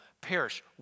perish